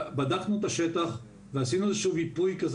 בדקנו את השטח ועשינו איזשהו מיפוי של